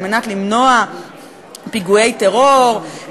על מנת למנוע פיגועי טרור,